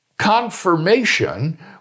confirmation